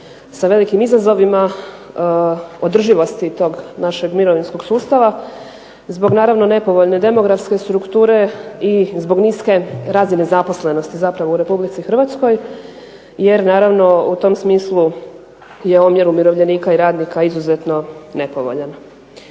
sa velikim izazovima održivosti tog našeg mirovinskog sustava zbog naravno nepovoljne demografske strukture i zbog niske razine zaposlenosti zapravo u RH jer naravno u tom smislu je omjer umirovljenika i radnika izuzetno nepovoljan.